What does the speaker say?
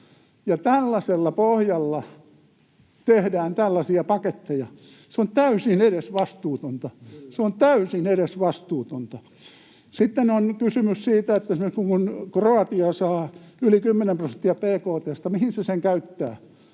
Tällaisella pohjalla tehdään tällaisia paketteja. Se on täysin edesvastuutonta. Se on täysin edesvastuutonta. Sitten on kysymys siitä, että kun Kroatia saa yli kymmenen prosenttia bkt:stä, mihin se sen käyttää.